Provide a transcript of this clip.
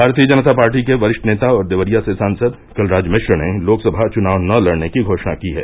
भारतीय जनता पार्टी के वरिष्ठ नेता और देवरिया से सांसद कलराज मिश्र ने लोकसभा चुनाव न लड़ने की घोषणा की है